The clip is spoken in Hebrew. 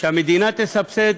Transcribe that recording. ושהמדינה תסבסד.